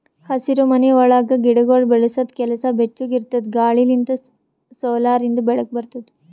ಹಸಿರುಮನಿ ಒಳಗ್ ಗಿಡಗೊಳ್ ಬೆಳಸದ್ ಕೆಲಸ ಬೆಚ್ಚುಗ್ ಇರದ್ ಗಾಳಿ ಲಿಂತ್ ಸೋಲಾರಿಂದು ಬೆಳಕ ಬರ್ತುದ